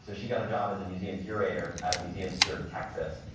so she got a job as a museum curator at a museum here in texas.